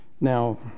Now